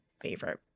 favorite –